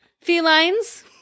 felines